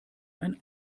ein